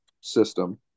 system